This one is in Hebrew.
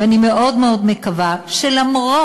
ואני מאוד מאוד מקווה שלמרות